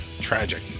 Tragic